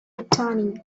returning